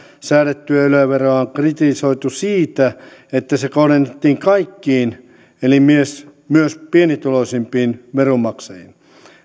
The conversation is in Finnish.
säädettyä yle veroa on kritisoitu siitä että se kohdennettiin kaikkiin eli myös myös pienituloisimpiin veronmaksajiin